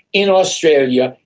in australia,